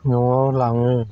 न'आव लाङो